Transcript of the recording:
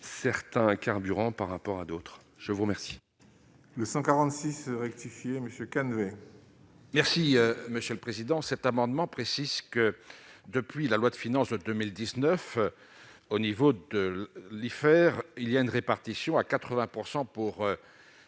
certains carburants par rapport à d'autres, je vous remercie. Les 146 rectifié monsieur oui. Merci Monsieur le Président, cet amendement précise que depuis la loi de finances 2000 19 au niveau de l'IFER, il y a une répartition à 80 % pour